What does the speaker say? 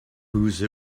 whose